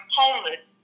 homeless